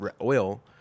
oil